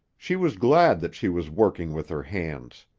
she was glad that she was working with her hands.